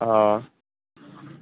ওহ